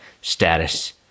status